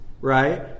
right